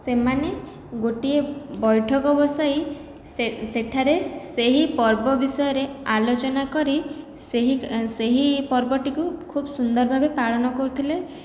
ସେମାନେ ଗୋଟିଏ ବୈଠକ ବସାଇ ସେ ସେଠାରେ ସେହି ପର୍ବ ବିଷୟରେ ଆଲୋଚନା କରି ସେହି ସେହି ପର୍ବଟିକୁ ଖୁବ ସୁନ୍ଦର ଭାବେ ପାଳନ କରୁଥିଲେ